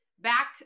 back